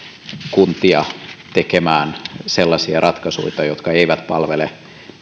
kuntia tekemään sellaisia ratkaisuja jotka eivät palvele